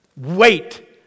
Wait